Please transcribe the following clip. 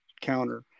counter